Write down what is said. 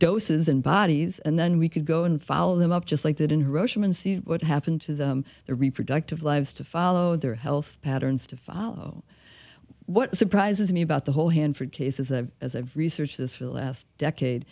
doses and bodies and then we could go and follow them up just like that in russia and see what happened to their reproductive lives to follow their health patterns to follow what surprises me about the whole hanford case is that as i've researched this for the last decade